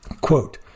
quote